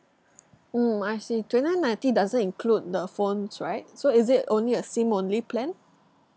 mm I see twenty nine ninety doesn't include the phones right so is it only a SIM only plan